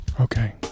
Okay